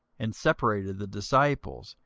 and separated the disciples,